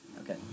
Okay